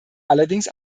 allerdings